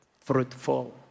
fruitful